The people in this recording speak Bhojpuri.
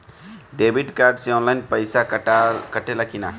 डेबिट कार्ड से ऑनलाइन पैसा कटा ले कि ना?